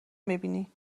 میبینی